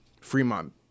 Fremont